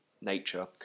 nature